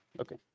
Okay